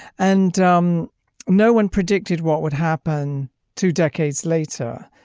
and um no one predicted what would happen two decades later.